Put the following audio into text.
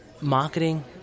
Marketing